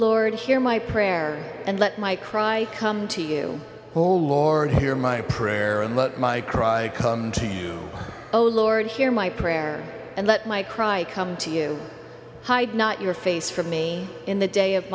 lord hear my prayer and let my cry come to you whole lord hear my prayer and let my cry come to you oh lord hear my prayer and let my cry come to you hide not your face for me in the day of